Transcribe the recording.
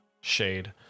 shade